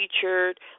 featured